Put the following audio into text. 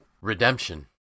redemption